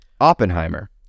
Oppenheimer